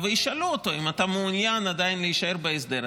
וישאלו אותו אם הוא עדיין מעוניין להישאר בהסדר הזה,